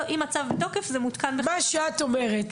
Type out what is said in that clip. מה שאת שאומרת,